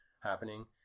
happening